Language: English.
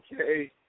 Okay